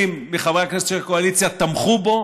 וחברי כנסת אחרים של הקואליציה תמכו בו,